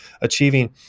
achieving